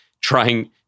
trying